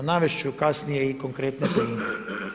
Navesti ću kasnije i konkretne primjere.